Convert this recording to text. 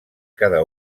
cada